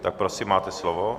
Tak prosím, máte slovo.